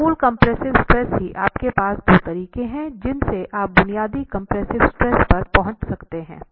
तो मूल compressive stress ही आपके पास दो तरीके हैं जिनसे आप बुनियादी कंप्रेसिव स्ट्रेस पर पहुंच सकते हैं